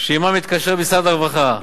שעמן מתקשר משרד הרווחה,